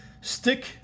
stick